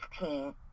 team